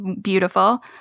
Beautiful